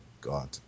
god